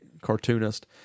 cartoonist